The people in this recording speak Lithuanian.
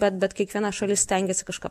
bet bet kiekviena šalis stengiasi kažką